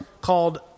called